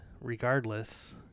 regardless